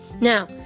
Now